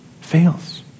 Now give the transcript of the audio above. fails